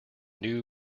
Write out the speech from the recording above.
new